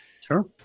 Sure